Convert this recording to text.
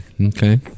Okay